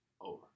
over